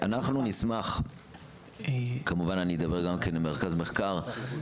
אני כמובן אדבר גם עם מרכז המחקר והמידע,